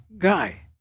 guy